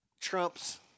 Trump's